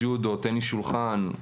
ג'ודו, טניס שולחן,